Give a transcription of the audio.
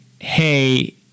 hey